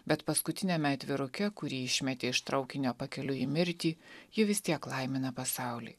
bet paskutiniame atviruke kurį išmetė iš traukinio pakeliui į mirtį ji vis tiek laimina pasaulį